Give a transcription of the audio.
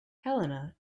helena